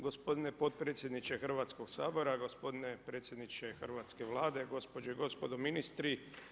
Gospodine potpredsjedniče Hrvatskog sabora, gospodine predsjedniče hrvatske Vlade, gospođo i gospodo ministri.